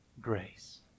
grace